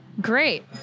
great